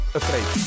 afraid